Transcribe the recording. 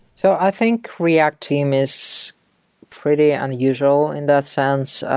so i think react team is pretty unusual in that sense,